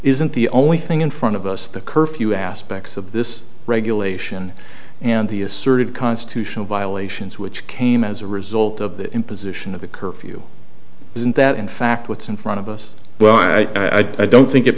isn't the only thing in front of us the curfew aspects of this regulation and the asserted constitutional violations which came as a result of the imposition of a curfew isn't that in fact what's in front of us well i don't think it